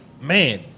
Man